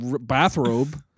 bathrobe